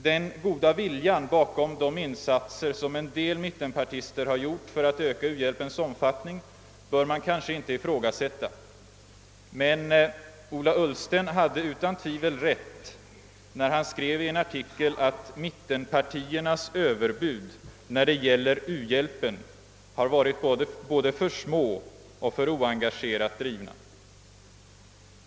Den goda viljan bakom de insatser som en del mittenpartister gjort för att öka u-hjälpens omfattning bör man kanske inte ifrågasätta, men Ola Ullsten hade utan tvivel rätt när han i en artikel skrev att mittenpartiernas överbud när det gäller u-hjälpen har varit både för små och för oengagerat drivna.